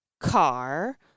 car